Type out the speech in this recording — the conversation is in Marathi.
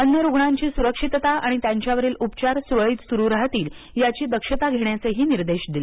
अन्य रुग्णांची सुरक्षितता आणि त्यांच्यावरील उपचार सुरळीत सुरु राहतील याची दक्षता घेण्याचे निर्देश दिले